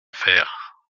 faire